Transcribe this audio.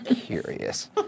Curious